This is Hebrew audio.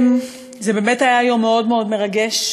זה באמת היה יום מאוד מאוד מרגש,